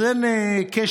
אז אין קשר,